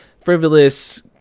frivolous